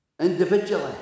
individually